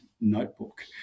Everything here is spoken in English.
notebook